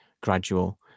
gradual